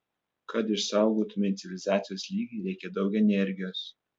kad išsaugotumei civilizacijos lygį reikia daug energijos